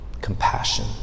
compassion